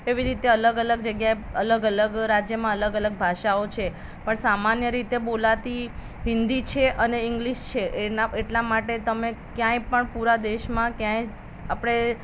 એવી રીતે અલગ અલગ જગ્યાએ અલગ અલગ રાજ્યમાં અલગ અલગ ભાષાઓ છે પણ સામાન્ય રીતે બોલાતી હિન્દી છે અને ઇંગલિશ છે એના એટલા માટે તમે ક્યાંય પણ પૂરા દેશમાં ક્યાંય આપણે